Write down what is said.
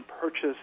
purchase